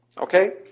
okay